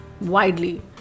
widely